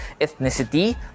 ethnicity